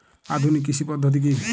আধুনিক কৃষি পদ্ধতি কী?